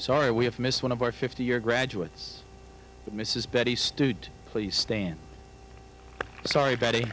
sorry we have missed one of our fifty year graduates with mrs betty student please stand sorry betty